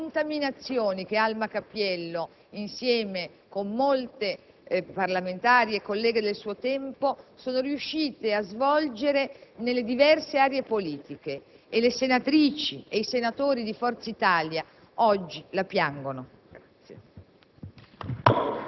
e alle contaminazioni che, insieme con molte parlamentari e colleghe del suo tempo, è riuscita a svolgere nelle diverse aree politiche. Le senatrice e i senatori di Forza Italia oggi la piangono.